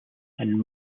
and